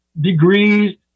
degrees